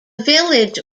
village